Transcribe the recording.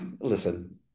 listen